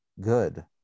good